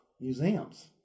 museums